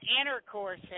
intercourse